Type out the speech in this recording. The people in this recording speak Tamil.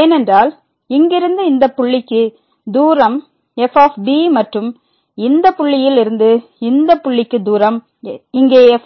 ஏனென்றால் இங்கிருந்து இந்த புள்ளிக்கு தூரம் fமற்றும் இந்த புள்ளியில் இருந்து இந்த புள்ளிக்கு தூரம் இங்கே f